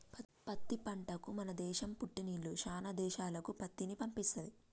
పత్తి పంటకు మన దేశం పుట్టిల్లు శానా దేశాలకు పత్తిని పంపిస్తది